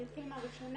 אני אתחיל מהראשונה.